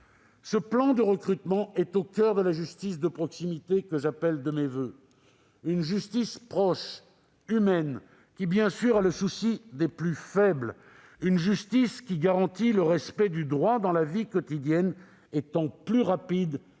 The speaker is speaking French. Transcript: Ce plan de recrutement est au coeur de la justice de proximité que j'appelle de mes voeux, une justice proche, humaine, qui a le souci des plus faibles ; une justice qui garantit le respect du droit dans la vie quotidienne, car elle sera plus